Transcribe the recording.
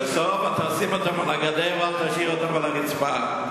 תאסוף ותשים אותם על הגדר ואל תשאיר אותם על הרצפה.